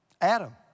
Adam